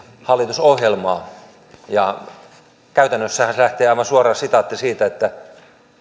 hallitusohjelmaa käytännössähän se lähtee aivan suoraan siitä että